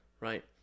right